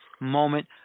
moment